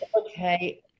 okay